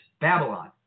Babylon